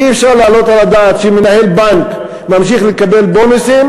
אי-אפשר להעלות על הדעת שמנהל בנק ממשיך לקבל בונוסים,